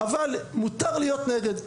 אבל מותר להיות נגד.